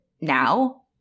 now